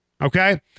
Okay